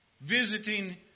Visiting